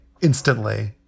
instantly